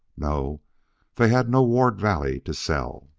no they had no ward valley to sell,